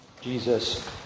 Jesus